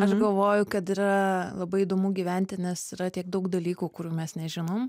aš galvoju kad yra labai įdomu gyventi nes yra tiek daug dalykų kurių mes nežinom